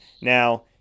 now